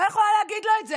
לא יכולה להגיד לו את זה.